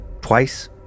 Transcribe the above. twice